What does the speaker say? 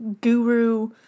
guru